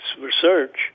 research